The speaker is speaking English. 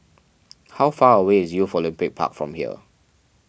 how far away is Youth Olympic Park from here